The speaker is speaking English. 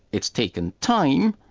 it's taken time,